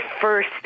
first